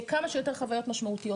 לכמה שיותר חוויות משמעויות.